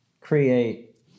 create